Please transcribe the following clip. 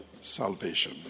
salvation